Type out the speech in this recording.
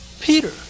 Peter